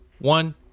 one